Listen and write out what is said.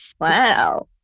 Wow